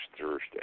Thursday